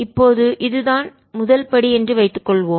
இப்போது இது தான் முதல் படி என்று வைத்துக்கொள்வோம்